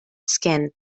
skin